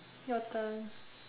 your turn